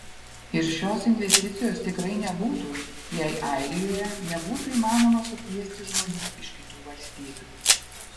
ir šios investicijos tikrai nebūtų jei airijoje nebūtų įmanoma sukviesti žmonių iš kitų valstybių